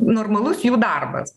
normalus jų darbas